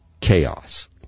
chaos